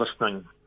listening